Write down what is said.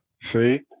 See